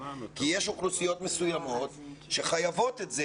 יש אוכלוסיות מסוימות שחייבות את זה